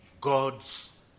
God's